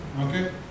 Okay